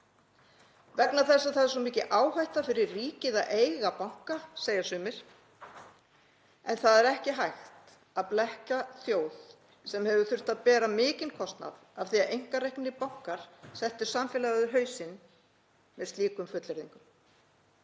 Vegna þess að það er svo mikil áhætta fyrir ríkið að eiga banka, segja sumir. En það er ekki hægt að blekkja þjóð sem hefur þurft að bera mikinn kostnað af því að einkareknir bankar settu samfélagið á hausinn með slíkum fullyrðingum.